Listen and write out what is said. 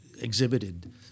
exhibited